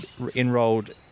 enrolled